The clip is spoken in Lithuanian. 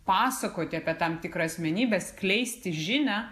pasakoti apie tam tikrą asmenybę skleisti žinią